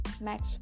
Max